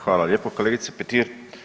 Hvala lijepo kolegice Petir.